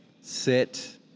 sit